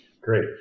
Great